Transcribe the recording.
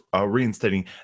reinstating